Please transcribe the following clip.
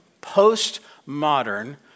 post-modern